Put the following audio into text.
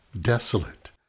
desolate